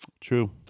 True